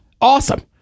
awesome